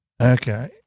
Okay